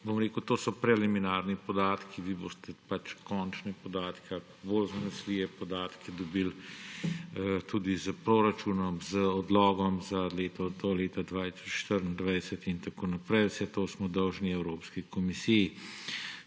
to so preliminarni podatki, vi boste pač končne podatke ali pa bolj zanesljive podatke dobili tudi s proračunom, z odlogom do leta 2024 in tako naprej. Vse to smo dolžni Evropski komisiji